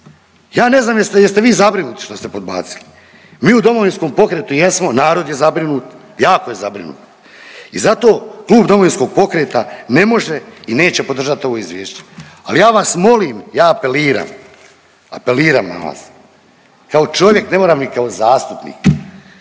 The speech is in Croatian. Ja ne znam jeste vi zabrinuti što ste podbacili, mi u Domovinskom pokretu jesmo, narod je zabrinut, jako je zabrinut i zato Klub Domovinskog pokreta ne može i neće podržati ovo Izvješće, ali ja vas molim, ja apeliram, apeliram na vas, kao čovjek, ne moram ni kao zastupnik,